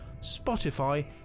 Spotify